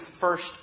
first